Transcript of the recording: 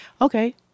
okay